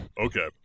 Okay